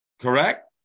Correct